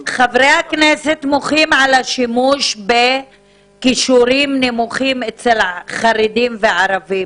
חברי הכנסת מוחים על השימוש ב"כישורים נמוכים אצל חרדים וערבים".